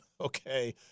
Okay